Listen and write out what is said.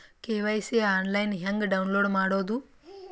KYC online ಹೆಂಗ್ download ಮಾಡೋದು?